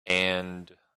and